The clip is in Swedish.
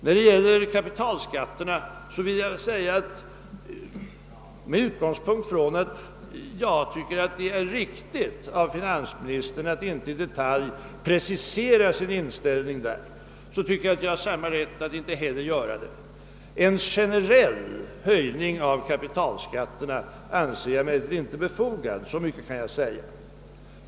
Vad kapitalskatterna beträffar menar jag, med utgångspunkt i att jag finner det riktigt att finansministern inte i detalj preciserar sin inställning på den punkten, alt jag har samma rätt att inte göra det. En generell höjning av kapitalskatterna anser jag emellertid inte befogad, så mycket kan jag säga.